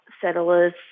settlers